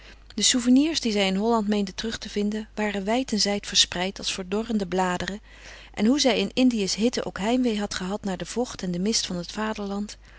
de souvenirs die zij in holland meende terug te vinden waren wijd en zijd verspreid als verdorrende bladeren en hoe zij in indië's hitte ook heimwee had gehad naar de vocht en den mist van het vaderland